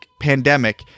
pandemic